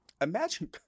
Imagine